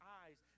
eyes